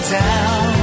down